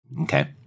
Okay